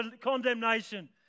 condemnation